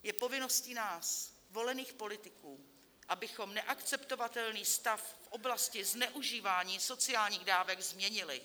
Je povinností nás volených politiků, abychom neakceptovatelný stav v oblasti zneužívání sociálních dávek změnili.